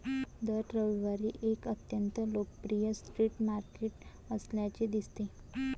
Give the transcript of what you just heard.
दर रविवारी एक अत्यंत लोकप्रिय स्ट्रीट मार्केट असल्याचे दिसते